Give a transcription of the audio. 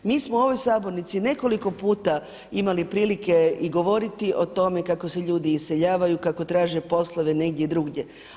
Mi smo u ovoj sabornici nekoliko puta imali prilike i govoriti o tome kako se ljudi iseljavaju, kako traže poslove negdje drugdje.